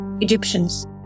Egyptians